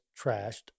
trashed